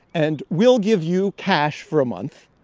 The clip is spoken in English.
and we'll give you cash for a month.